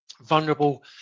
Vulnerable